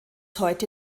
heute